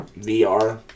VR